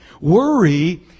Worry